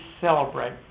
celebrate